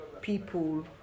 people